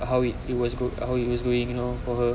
how it was good how it was going you know for her